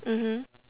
mmhmm